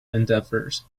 endeavors